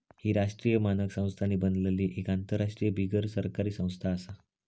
ही राष्ट्रीय मानक संस्थांनी बनलली एक आंतरराष्ट्रीय बिगरसरकारी संस्था आसा